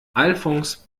alfons